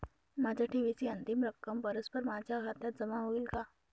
माझ्या ठेवीची अंतिम रक्कम परस्पर माझ्या खात्यात जमा होईल का?